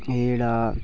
एह् जेह्ड़ा